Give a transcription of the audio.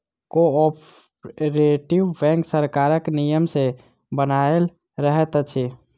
cooperative bank सरकारक नियम सॅ बन्हायल रहैत अछि